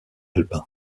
alpin